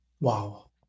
Wow